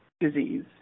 disease